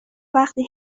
وقتی